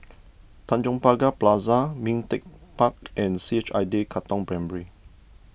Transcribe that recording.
Tanjong Pagar Plaza Ming Teck Park and C H I day Katong Primary